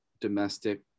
domestic